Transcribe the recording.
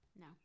No